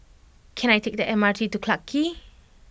can I take the M R T to Clarke